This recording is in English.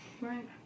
Right